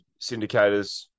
syndicators